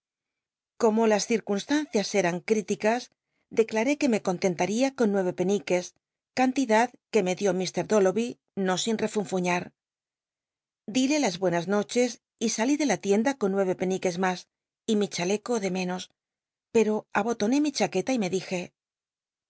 como las ci rclmst ancias eran cl'ílicas declaré que me contentada con nueye peniques cantidad que me llió lr dolloby no sin refunfuñar dile las buenas noches y salí de la tienda con nueye penícfues mas y mi chaleco de menos pero abotoné mi eha c ueta y me dije